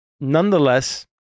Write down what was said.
Nonetheless